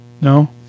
No